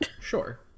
Sure